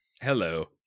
Hello